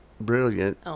brilliant